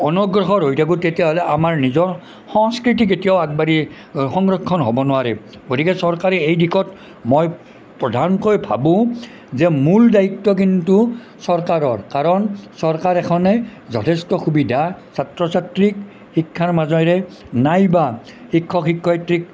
অনগ্ৰসৰ হৈ থাকোঁ তেতিয়া হ'লে আমাৰ নিজৰ সংস্কৃতি কেতিয়াও আগবাঢ়ি সংৰক্ষণ হ'ব নোৱাৰে গতিকে চৰকাৰে এই দিশত মই প্ৰধানকৈ ভাবোঁ যে মূল দায়িত্ব কিন্তু চৰকাৰৰ কাৰণ চৰকাৰ এখনে যথেষ্ট সুবিধা ছাত্ৰ ছাত্ৰীক শিক্ষাৰ মাজেৰে নাইবা শিক্ষক শিক্ষয়িত্ৰীক